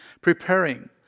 preparing